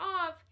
off